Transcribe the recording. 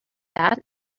that